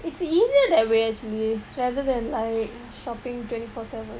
it's easier that way actually rather than like shopping twenty four seven